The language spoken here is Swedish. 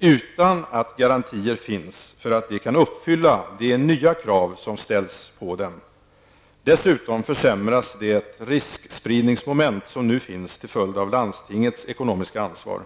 utan att garantier finns för att de kan uppfylla de nya krav som ställs på dem. Dessutom försämras det riskpridningsmoment som nu finns till följd av landstingets ekonomiska ansvar.